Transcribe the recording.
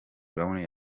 brown